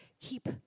keep